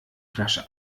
flasche